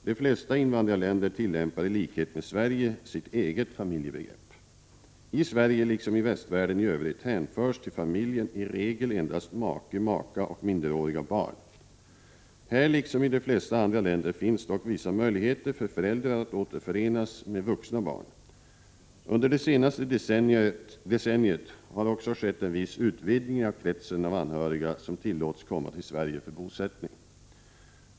De flesta invandrarländer tillämpar, i likhet med Sverige, sitt eget familjebegrepp. I Sverige, liksom i västvärlden i övrigt, hänförs till familjen i regel endast make/maka och minderåriga barn. Här, liksom i de flesta andra länder, finns dock vissa möjligheter för föräldrar att återförenas med vuxna barn. Under det senaste decenniet har också skett en viss utvidgning av kretsen av anhöriga som tillåts komma till Sverige för bosättning.